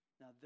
Now